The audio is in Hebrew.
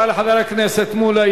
תודה לחבר הכנסת מולה.